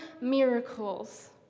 miracles